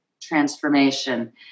transformation